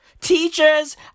Teachers